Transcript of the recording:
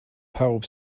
pawb